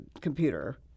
computer